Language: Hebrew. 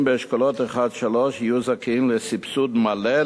באשכולות 1 3 יהיו זכאים לסבסוד מלא,